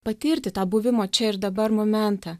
patirti tą buvimo čia ir dabar momentą